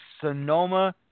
Sonoma